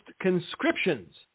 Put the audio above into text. conscriptions